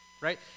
right